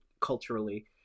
culturally